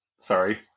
Sorry